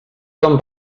com